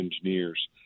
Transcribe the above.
Engineers